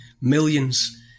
millions